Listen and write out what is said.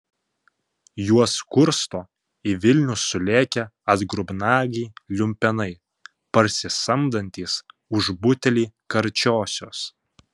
juos kursto į vilnių sulėkę atgrubnagiai liumpenai parsisamdantys už butelį karčiosios